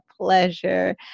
pleasure